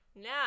Now